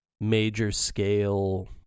major-scale